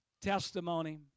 testimony